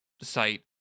site